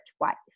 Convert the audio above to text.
wife